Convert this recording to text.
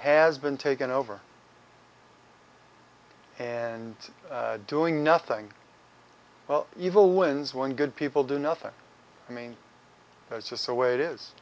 has been taken over and doing nothing well evil wins when good people do nothing i mean that's just the way it is